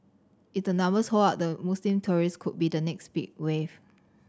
if the numbers hold up the Muslim tourist could be the next big wave